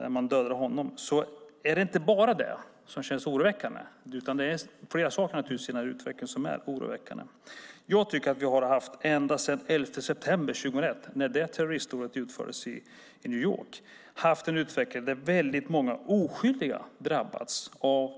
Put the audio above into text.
Det är inte bara uttalandet som känns oroväckande utan det finns flera saker i utvecklingen som är oroväckande. Ända sedan terroristdådet i New York den 11 september 2001 har utvecklingen blivit så att många oskyldiga drabbats av